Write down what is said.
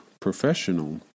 professional